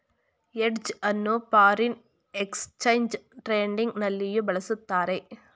hedge ಅನ್ನು foreign exchange trading ನಲ್ಲಿಯೂ ಬಳಸುತ್ತಾರೆ